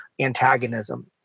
antagonism